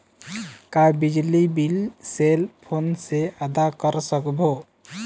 का बिजली bill cell phone से आदा कर सकबो?